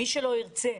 מי שלא ירצה,